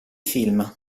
film